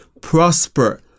prosper